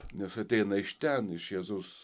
nes ateina iš ten iš jėzaus